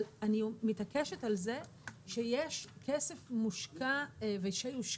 אבל אני מתעקשת על זה שיש כסף מושקע ושיושקע